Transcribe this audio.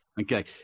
Okay